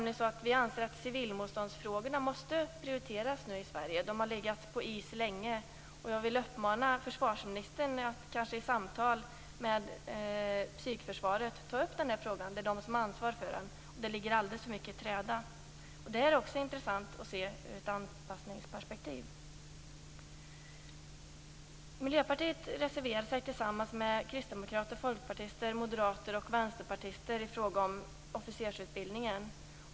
Vi anser att civilmotståndsfrågorna måste prioriteras i Sverige. De har legat på is länge. Jag vill uppmana försvarsministern att i samtal med psykförsvaret ta upp den frågan, eftersom det är de som har ansvaret. Detta ligger alldeles för mycket i träda. Det är också intressant att se det ur ett anpassningsperspektiv. Miljöpartiet reserverar sig tillsammans med kristdemokrater, folkpartister, moderater och vänsterpartister i fråga om officersutbildningen.